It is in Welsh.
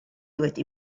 wedi